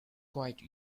quite